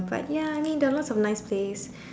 but ya I mean there are lots of nice place